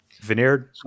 veneered